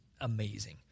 amazing